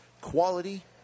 quality